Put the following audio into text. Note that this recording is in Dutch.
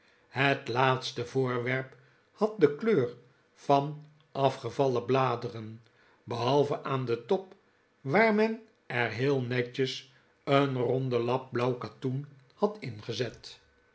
het laatste voorwerp had de kleur van afgevallen bladeren behalve aan den top waar men er heel netjes een ronden lap blauw katoen had ingezet